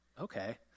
okay